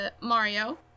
Mario